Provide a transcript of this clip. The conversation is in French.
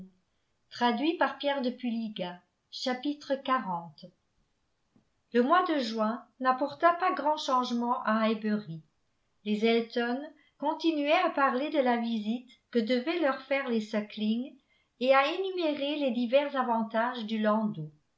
le mois de juin n'apporta pas grand changement à highbury les elton continuaient à parler de la visite que devaient leur faire les sukling et à énumérer les divers avantages du landau